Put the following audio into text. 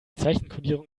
zeichenkodierung